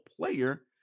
player